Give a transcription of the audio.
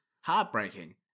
heartbreaking